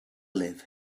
live